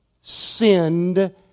sinned